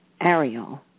Ariel